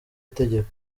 itegeko